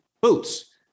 boots